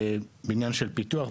בעניין של פיתוח,